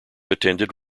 attended